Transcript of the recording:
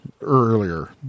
earlier